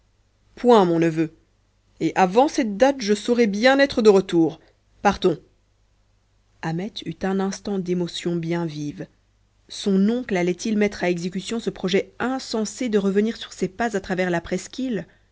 point mon neveu et avant cette date je saurai bien être de retour partons ahmet eut un instant d'émotion bien vive son oncle allait-il mettre à exécution ce projet insensé de revenir sur ses pas à travers la presqu'île